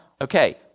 okay